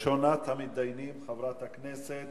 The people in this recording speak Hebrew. ראשונת המתדיינים, חברת הכנסת